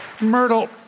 Myrtle